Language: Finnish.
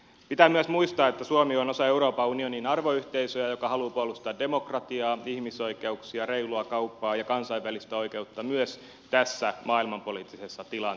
pitää myös muistaa että suomi on osa euroopan unionin arvoyhteisöä joka haluaa puolustaa demokratiaa ihmisoikeuksia reilua kauppaa ja kansainvälistä oikeutta myös tässä maailmanpoliittisessa tilanteessa